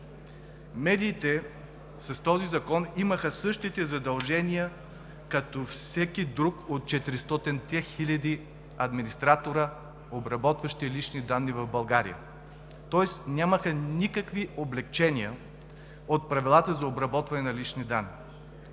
Медиите с този закон имаха същите задължения като всеки друг от четиристотинте хиляди администратори, обработващи лични данни в България, тоест нямаха никакви облекчения от правилата за обработване на личните данни.